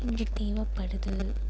இங்கே தேவைப்படுது